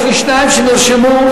יש לי שניים שנרשמו,